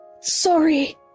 sorry